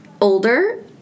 older